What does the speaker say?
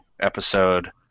episode